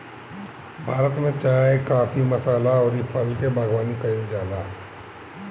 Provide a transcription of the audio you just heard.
भारत में चाय, काफी, मसाला अउरी फल के बागवानी कईल जाला